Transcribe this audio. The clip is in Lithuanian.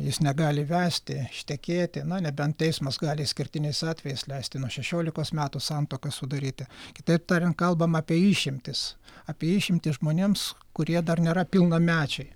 jis negali vesti ištekėti na nebent teismas gali išskirtiniais atvejais leisti nuo šešiolikos metų santuoką sudaryti kitaip tariant kalbam apie išimtis apie išimtį žmonėms kurie dar nėra pilnamečiai